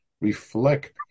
reflect